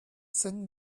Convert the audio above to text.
send